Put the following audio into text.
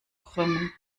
krümmen